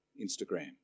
Instagram